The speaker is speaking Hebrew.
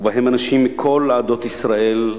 ובהם אנשים מכל עדות ישראל.